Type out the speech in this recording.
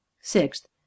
Sixth